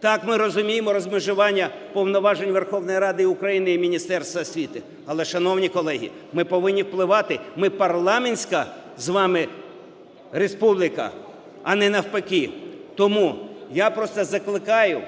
Так, ми розуміємо розмежування повноважень Верховної Ради України і Міністерства освіти. Але, шановні колеги, ми повинні впливати, ми – парламентська з вами республіка, а не навпаки. Тому я просто закликаю